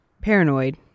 paranoid